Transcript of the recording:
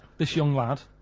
this young lad,